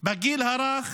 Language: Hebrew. בגיל הרך